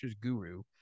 guru